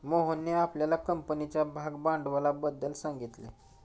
मोहनने आपल्या कंपनीच्या भागभांडवलाबद्दल सांगितले